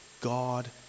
God